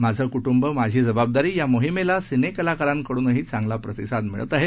माझ कुटुंब माझी जबाबदारी यामोहिमेलासिनेकलाकारांकडूनहीचांगलाप्रतिसादमिळतआहे